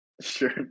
Sure